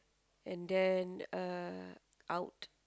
and then uh out